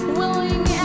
willing